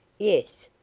yes.